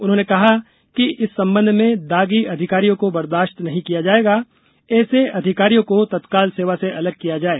उन्होंने कहा कि इस संबंध में दागी अधिकारियों को बर्दाश्त नहीं किया जाएगा ऐसे अधिकारियों को तत्काल सेवा से अलग किया जाए